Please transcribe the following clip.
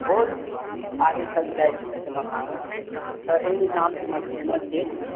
बहुत आगे तक जाइ छथि मखान हमर तऽ अइमे नामसँ हमर फेमस छै